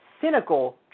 cynical